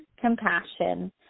compassion